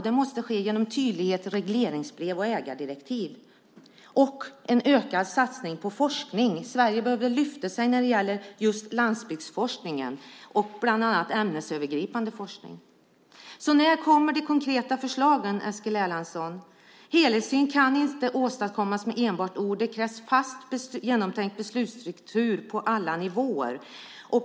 Det måste ske genom tydlighet i regleringsbrev och ägardirektiv. Det behövs också en ökad satsning på forskning. Sverige behöver lyfta sig när det gäller just landsbygdsforskningen, bland annat ämnesövergripande forskning. När kommer de konkreta förslagen, Eskil Erlandsson? En helhetssyn kan inte åstadkommas med enbart ord. Det krävs en fast och genomtänkt beslutsstruktur på alla nivåer.